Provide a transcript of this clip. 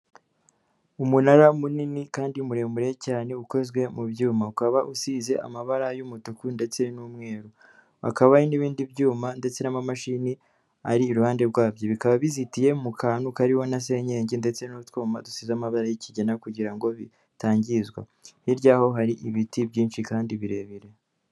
Umunara munini kandi muremure cyane ukozwe mu byuma, ukaba usize amabara y'umutuku ndetse n'umweru, hakaba hari n'ibindi byuma ndetse n'amamashini ari iruhande rwa byo, bikaba bizitiye mu kantu kariho na senkenge ndetse n'utwuma dusize amabara y'ikigina, kugira ngo bitangizwa, hirya yaho hari ibiti byinshi kandi birebire.